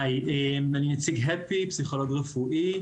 היי, אני נציג הפ"י, פסיכולוג רפואי.